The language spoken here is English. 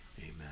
Amen